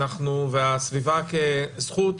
והסביבה כזכות,